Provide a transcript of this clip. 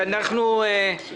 זה כמעט בלתי אפשרית משפטית.